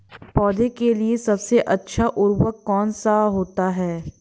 पौधे के लिए सबसे अच्छा उर्वरक कौन सा होता है?